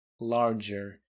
larger